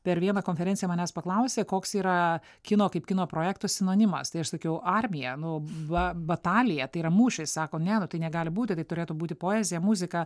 per vieną konferenciją manęs paklausė koks yra kino kaip kino projektų sinonimas tai aš sakiau armija nu va batalija tai yra mūšiai sako ne nu tai negali būti tai turėtų būti poezija muzika